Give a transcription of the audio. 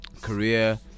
Career